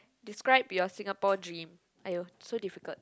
describe your Singapore dream !aiyo! so difficult